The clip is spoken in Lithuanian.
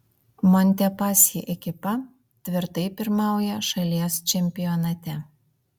montepaschi ekipa tvirtai pirmauja šalies čempionate